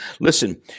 Listen